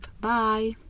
Bye